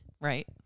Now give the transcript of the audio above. Right